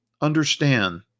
understand